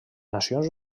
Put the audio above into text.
nacions